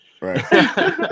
right